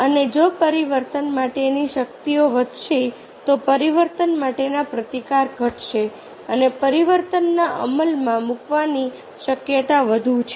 અને જો પરિવર્તન માટેની શક્તિઓ વધશે તો પરિવર્તન માટેનો પ્રતિકાર ઘટશે અને પરિવર્તનને અમલમાં મૂકવાની શક્યતા વધુ છે